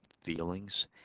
feelings